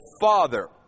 Father